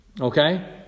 okay